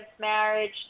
marriage